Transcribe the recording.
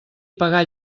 pagar